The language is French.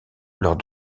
lors